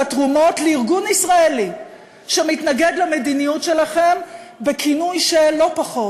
התרומות לארגון ישראלי שמתנגד למדיניות שלכם בכינוי של לא פחות,